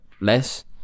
less